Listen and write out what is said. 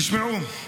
תשמעו,